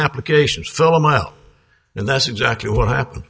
applications fell a mile and that's exactly what happened